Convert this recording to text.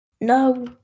No